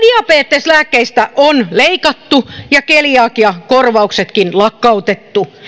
diabeteslääkkeistä on leikattu ja keliakiakorvauksetkin lakkautettu